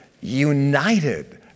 united